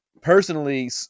personally